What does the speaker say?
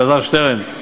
אלעזר שטרן.